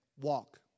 walk